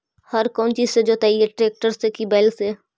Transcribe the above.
हर कौन चीज से जोतइयै टरेकटर से कि बैल से?